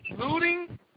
Looting